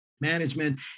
management